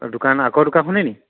দোকান আকৌ দোকান খুলিলিনি